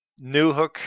Newhook